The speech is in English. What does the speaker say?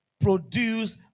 produce